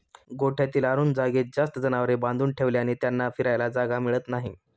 गोठ्यातील अरुंद जागेत जास्त जनावरे बांधून ठेवल्याने त्यांना फिरायला जागा मिळत नाही